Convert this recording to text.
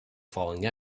falling